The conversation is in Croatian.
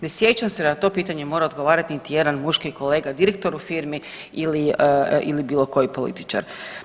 Ne sjećam se da na to pitanje mora odgovarati niti jedan muški kolega, direktor u firmi ili bilo koji političar.